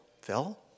Phil